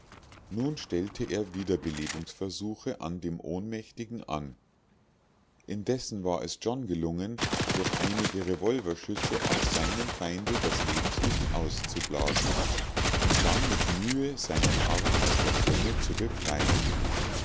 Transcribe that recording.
nun stellte er wiederbelebungsversuche an dem ohnmächtigen an indessen war es john gelungen durch einige revolverschüsse auch seinem feinde das lebenslicht auszublasen und dann mit mühe seinen arm aus der klemme zu befreien